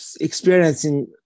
experiencing